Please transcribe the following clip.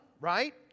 right